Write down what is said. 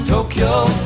Tokyo